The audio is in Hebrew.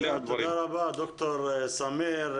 תודה דוקטור סמיר.